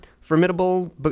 Formidable